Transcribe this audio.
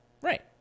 Right